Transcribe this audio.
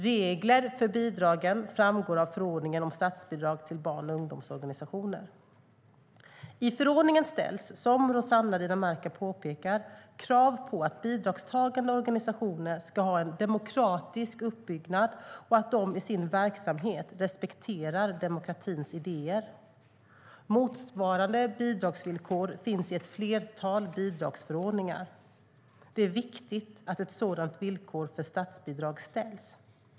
Regler för bidragen framgår av förordningen om statsbidrag till barn och ungdomsorganisationer.I förordningen ställs, som Rossana Dinamarca påpekar, krav på att bidragstagande organisationer ska ha en demokratisk uppbyggnad och att de i sin verksamhet representerar demokratins idéer. Motsvarande bidragsvillkor finns i ett flertal bidragsförordningar. Det är viktigt att ett sådant villkor för statsbidrag ställs.